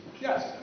Yes